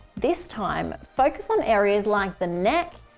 this time, focus on areas like the neck,